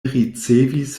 ricevis